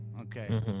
Okay